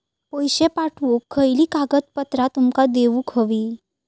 पैशे पाठवुक खयली कागदपत्रा तुमका देऊक व्हयी?